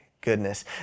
goodness